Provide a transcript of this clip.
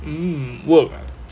mm work ah